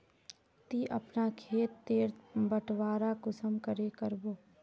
ती अपना खेत तेर बटवारा कुंसम करे करबो?